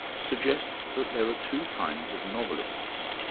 suggests that there are two kinds of novelists,